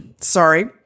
sorry